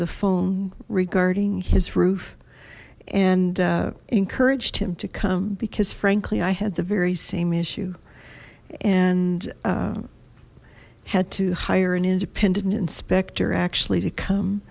the phone regarding his roof and encouraged him to come because frankly i had the very same issue and had to hire an independent inspector actually to come